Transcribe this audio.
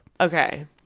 okay